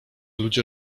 ludzie